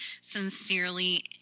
sincerely